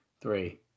three